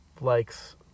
likes